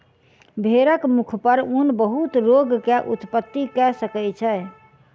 भेड़क मुख पर ऊन बहुत रोग के उत्पत्ति कय सकै छै